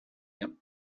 him